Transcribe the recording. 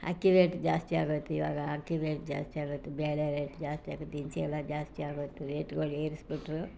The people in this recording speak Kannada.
ಅಕ್ಕಿ ರೇಟ್ ಜಾಸ್ತಿ ಆಗೈತೆ ಇವಾಗ ಅಕ್ಕಿ ರೇಟ್ ಜಾಸ್ತಿ ಆಗೈತೆ ಬೇಳೆ ರೇಟ್ ಜಾಸ್ತಿ ಆಗೈತಿ ದಿನಸಿ ಎಲ್ಲ ಜಾಸ್ತಿ ಆಗೋಯಿತು ರೇಟುಗಳು ಏರಿಸಿಬಿಟ್ರು